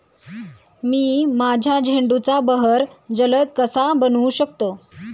मी माझ्या झेंडूचा बहर जलद कसा बनवू शकतो?